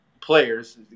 players